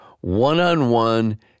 one-on-one